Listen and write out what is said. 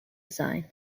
design